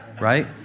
right